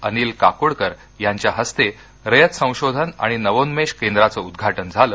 अनिल काकोडकर यांच्या हस्ते रयत संशोधन आणि नवोन्मेष केंद्राचं उदघाटन झालं